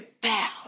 bow